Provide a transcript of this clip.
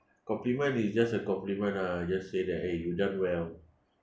compliment is just a compliment lah just say that eh you done well